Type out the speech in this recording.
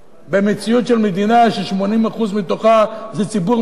במציאות של מדינה ש-80% ממנה זה ציבור מבולבל